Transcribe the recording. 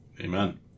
Amen